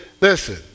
listen